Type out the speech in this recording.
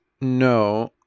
No